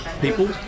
People